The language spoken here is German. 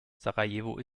sarajevo